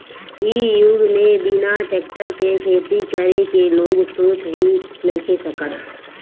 इ युग में बिना टेक्टर के खेती करे के लोग सोच ही नइखे सकत